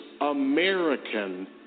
American